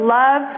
love